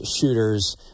shooters